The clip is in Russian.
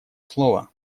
слово